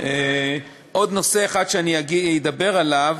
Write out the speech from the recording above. עוד נושא אחד שאני אדבר עליו